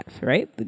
right